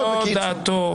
בקיצור.